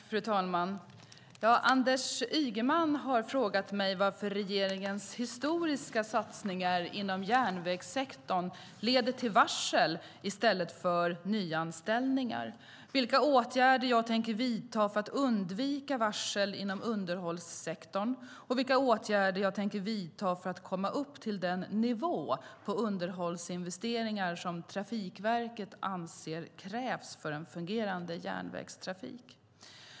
Fru talman! Anders Ygeman har frågat mig varför regeringens historiska satsningar inom järnvägssektorn leder till varsel i stället för nyanställningar, vilka åtgärder jag tänker vidta för att undvika varsel inom underhållssektorn och vilka åtgärder jag tänker vidta för att komma upp till den nivå på underhållsinvesteringar som Trafikverket anser krävs för en fungerande järnvägstrafik.